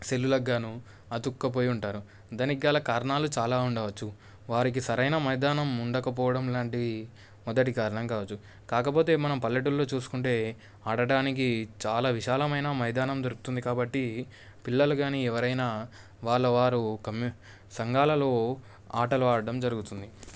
సెల్లులకు గాను అతుక్కుపోయి ఉంటారు దానికి గల కారణాలు చాలా ఉండవచ్చు వారికి సరైన మైదానం ఉండకపోవడం లాంటివి మొదటి కారణం కావచ్చు కాకపోతే మనం పల్లెటూర్లో చూసుకుంటే ఆడడానికి చాలా విశాలమైన మైదానం దొరుకుతుంది కాబట్టి పిల్లలు కానీ ఎవరైనా వాళ్ళ వారు కము సంఘాలలో ఆటలు ఆడడం జరుగుతుంది